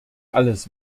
alles